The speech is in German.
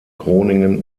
groningen